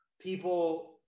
people